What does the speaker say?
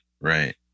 Right